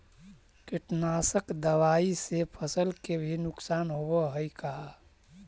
कीटनाशक दबाइ से फसल के भी नुकसान होब हई का?